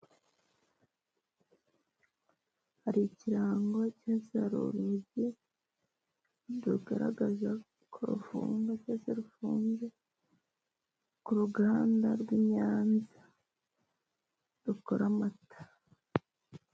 Hari ikirango cyazaru urugi rugaragaza ko rufumu ageze rufunze, ku ruganda rw' Inyanza rukora amata.